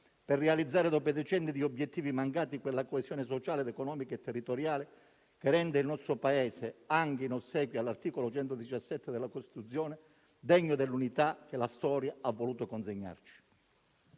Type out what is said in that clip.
per realizzare, dopo decenni di obiettivi mancati, quella coesione sociale, economica e territoriale che rende il nostro Paese - anche in ossequio all'articolo 117 della Costituzione - degno dell'unità che la storia ha voluto consegnarci.